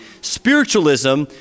spiritualism